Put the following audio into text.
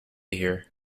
hear